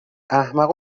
احمق